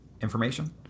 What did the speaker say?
information